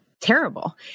terrible